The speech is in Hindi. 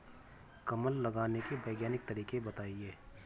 कमल लगाने के वैज्ञानिक तरीके बताएं?